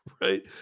Right